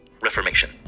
reformation